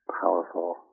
powerful